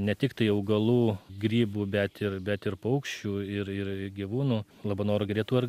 ne tik tai augalų grybų bet ir bet ir paukščių ir ir gyvūnų labanoro giria tuo ir